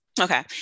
okay